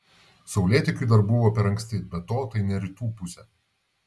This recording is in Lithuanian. saulėtekiui dar buvo per anksti be to tai ne rytų pusė